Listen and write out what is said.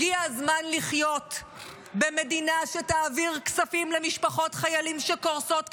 הגיע זמן לחיות במדינה שתעביר כספים למשפחות חיילים שקורסות כלכלית,